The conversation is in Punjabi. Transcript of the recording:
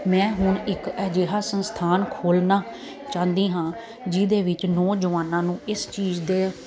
ਮੈਂ ਹੁਣ ਇੱਕ ਅਜਿਹਾ ਸੰਸਥਾਨ ਖੋਲਣਾ ਚਾਹੁੰਦੀ ਹਾਂ ਜਿਹਦੇ ਵਿੱਚ ਨੌਜਵਾਨਾਂ ਨੂੰ ਇਸ ਚੀਜ਼ ਦੇ